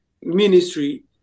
ministry